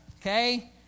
Okay